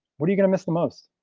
what are you gonna miss the most?